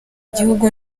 igihugu